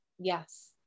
Yes